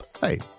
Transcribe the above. Hey